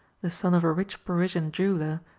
the son of a rich parisian jeweller,